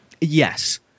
Yes